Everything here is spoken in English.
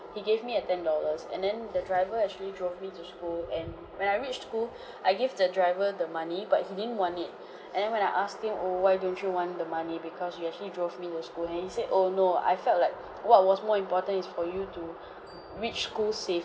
he gave me a ten dollars and then the driver actually drove me to school and when I reached school I gave the driver the money but he didn't want it and then when I asked him why don't you want the money because you actually drove me to school and he said oh no I felt like what was more important is for you to reach school safely